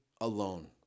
alone